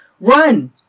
run